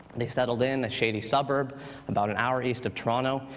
they settled in a shady suburb about an hour east of toronto,